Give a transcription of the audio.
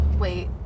Wait